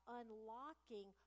unlocking